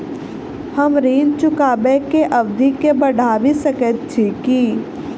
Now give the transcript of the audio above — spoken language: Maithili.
हम ऋण चुकाबै केँ अवधि केँ बढ़ाबी सकैत छी की?